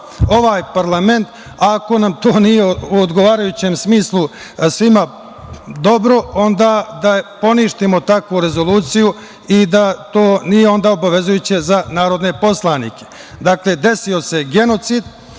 ovaj parlament, a ako nam to nije u odgovarajućem smislu svima dobro, onda da poništimo takvu rezoluciju i da nije onda obavezujuće za narodne poslanike. Dakle, desio se genocid